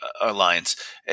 Alliance